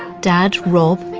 dad, rob.